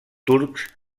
turcs